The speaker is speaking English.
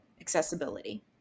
accessibility